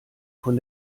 von